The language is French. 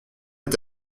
est